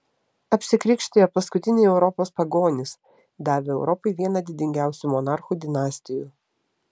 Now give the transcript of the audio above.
apsikrikštijo paskutiniai europos pagonys davę europai vieną didingiausių monarchų dinastijų